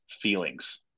feelings